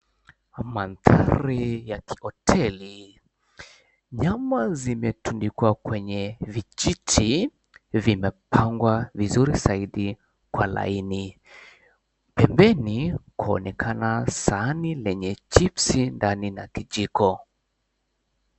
Mandhari ya 𝑘𝑖ℎoteli, nyama zimetundikwa kwenye vijiti, vimepangwa vizuri zaidi kwa laini. Pembeni kwaonekana sahani lenye chipsi ndani 𝑛𝑎 kijiko.